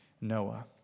Noah